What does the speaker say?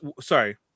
Sorry